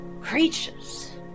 Creatures